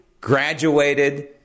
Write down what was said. graduated